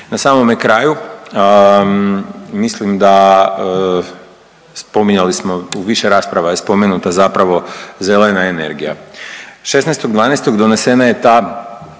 na samome kraju mislim da spominjali smo, u više rasprava je spomenuta zapravo zelena energija. 16.12. donesena je ta,